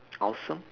awesome